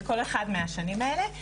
בכל אחת מהשנים האלה.